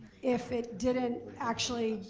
if it didn't actually,